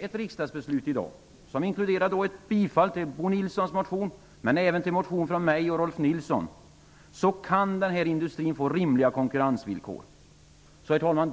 ett riksdagsbeslut i dag, som inkluderar ett bifall till Bo Nilssons motion och även till motionen från mig och Rolf Nilson, kan denna industri få rimliga konkurrensvillkor. Herr talman!